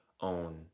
own